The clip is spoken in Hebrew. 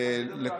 ירושלים,